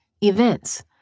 events